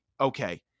okay